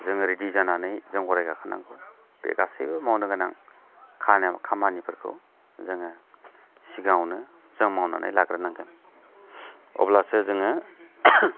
जोङो रेडि जानानै जों गराइ गाखोनांगौ बे गासैबो मावनो गोनां खामानिफोरखौ जोङो सिगाङावनो जों मावनानै लाग्रोनांगोन अब्लासो जोङो